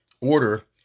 order